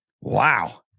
Wow